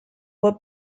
were